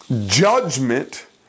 judgment